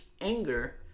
anger